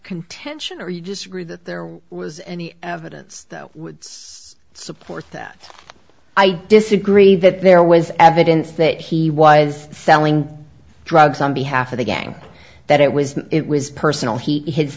contention or you disagree that there was any evidence that would support that i disagree that there was evidence that he was selling drugs on behalf of the gang that it was it was personal he h